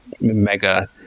mega